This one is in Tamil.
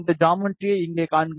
இந்த ஜாமட்ரியை இங்கே காண்க